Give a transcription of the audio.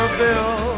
bill